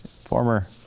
Former